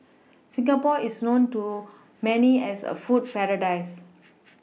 Singapore is known to many as a food paradise